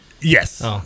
Yes